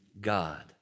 God